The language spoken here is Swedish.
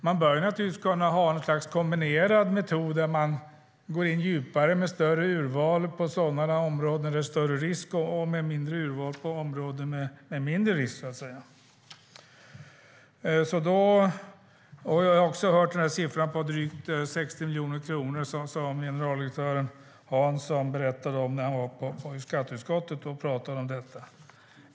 Man bör naturligtvis kunna ha något slags kombinerad metod, där man går in djupare och har ett större urval på sådana områden där det är större risk och där man har ett mindre urval på områden med mindre risk. Jag har också hört den här siffran, drygt 60 miljoner kronor, som generaldirektör Hansson berättade om när han var i skatteutskottet och pratade om detta.